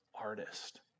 artist